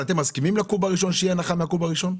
אתם מסכימים שתהיה הנחה מהקוב הראשון?